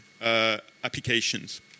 applications